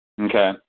Okay